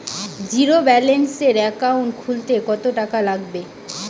জিরোব্যেলেন্সের একাউন্ট খুলতে কত টাকা লাগবে?